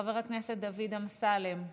חבר הכנסת דוד אמסלם,